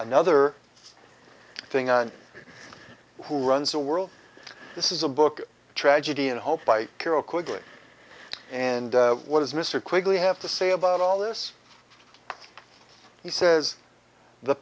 another thing on who runs the world this is a book tragedy and hope by carol quickly and what is mr quigley have to say about all this he says the